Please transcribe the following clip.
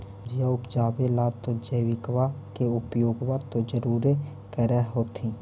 सब्जिया उपजाबे ला तो जैबिकबा के उपयोग्बा तो जरुरे कर होथिं?